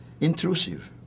Intrusive